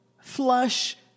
flush